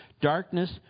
Darkness